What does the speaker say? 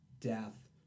Death